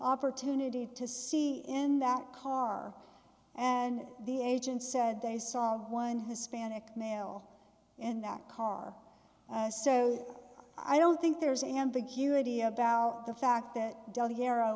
opportunity to see in that car and the agent said they saw one hispanic male in that car so i don't think there's ambiguity about the fact that the arrow